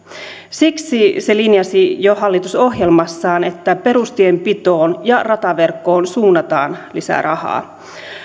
siksi se linjasi jo hallitusohjelmassaan että perustienpitoon ja rataverkkoon suunnataan lisää rahaa